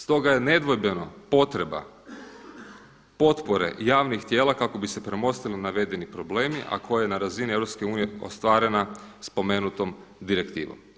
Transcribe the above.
Stoga je nedvojbeno potreba potpore javnih tijela kako bi se premostili navedeni problemi, a koje na razini EU ostvarena spomenutom direktivom.